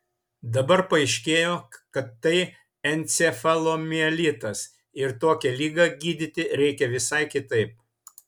dabar paaiškėjo kad tai encefalomielitas ir tokią ligą gydyti reikia visai kitaip